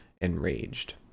enraged